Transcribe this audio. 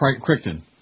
Crichton